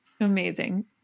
Amazing